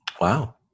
Wow